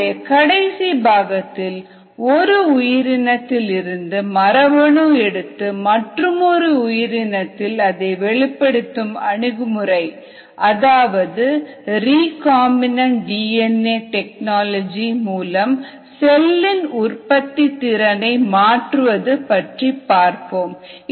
நம்முடைய கடைசி பாகத்தில் ஒரு உயிரினத்தில் இருந்து மரபணு எடுத்து மற்றுமொரு உயிரினத்தில் அதை வெளிப்படுத்தும் அணுகுமுறை அதாவது ரிகாம்பினன்ட் டிஎன்ஏ டெக்னாலஜி மூலம் செல்லின் உற்பத்தி திறனை மாற்றுவது பற்றி பார்ப்போம்